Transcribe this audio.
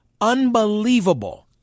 Unbelievable